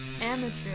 amateur